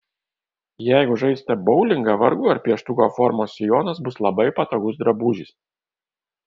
jeigu žaisite boulingą vargu ar pieštuko formos sijonas bus labai patogus drabužis